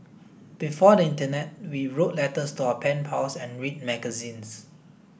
before the internet we wrote letters to our pen pals and read magazines